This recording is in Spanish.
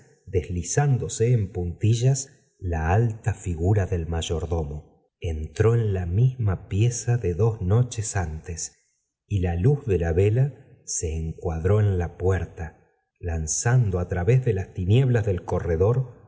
deslizándose en puntillas la alta figura del mayordomo entró en la mima pieza de dos noches antes y la luz de la vela se encuadró en la puerta lanzando á través de las tinieblas del corredor